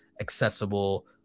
accessible